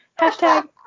Hashtag